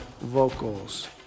vocals